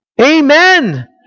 Amen